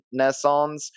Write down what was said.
Nessons